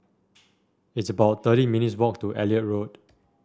it's about thirty minutes' walk to Elliot Road